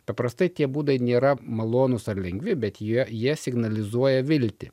paprastai tie būdai nėra malonūs ar lengvi bet jie jie signalizuoja viltį